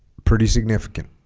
pretty significant